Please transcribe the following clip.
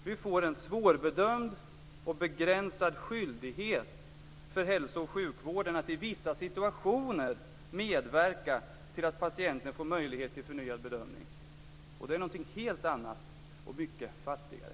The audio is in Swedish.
Vi får en svårbedömd och begränsad skyldighet för hälso och sjukvården att i vissa situationer medverka till att patienten får möjlighet till förnyad bedömning, och det är någonting helt annat och mycket fattigare.